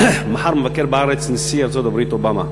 מחר מבקר בארץ נשיא ארצות-הברית אובמה,